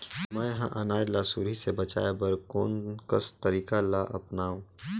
मैं ह अनाज ला सुरही से बचाये बर कोन कस तरीका ला अपनाव?